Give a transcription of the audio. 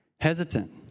hesitant